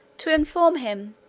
to inform him,